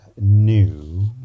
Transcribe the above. new